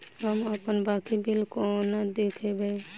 हम अप्पन बाकी बिल कोना देखबै?